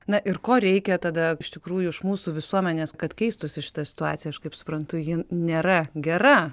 na ir ko reikia tada iš tikrųjų iš mūsų visuomenės kad keistųsi šita situacija aš kaip suprantu ji nėra gera